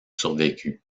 survécu